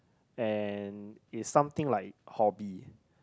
and it's something like hobby